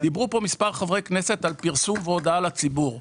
דיברו פה מספר חברי כנסת על פרסום והודעה לציבור.